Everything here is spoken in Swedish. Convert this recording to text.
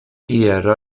era